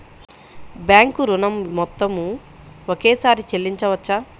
Bank ఋణం మొత్తము ఒకేసారి చెల్లించవచ్చా?